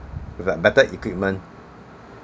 a better equipment